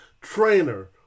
trainer